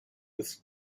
with